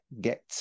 get